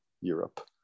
Europe